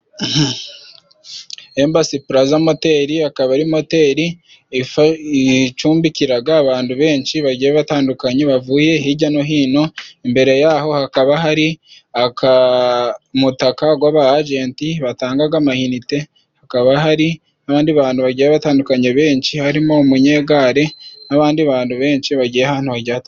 Embasi pulaza moteri akaba ari moteri icumbikiraga abantu benshi bagiye batandukanye, bavuye hirya no hino. Imbere yaho hakaba hari umutaka w'abajenti batangaga amayinite. Hakaba hari n'abandi bantu bagiye batandukanye benshi harimo umunyegari n'abandi bantu benshi bagiye ahantu hirya.